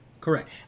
Correct